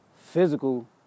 physical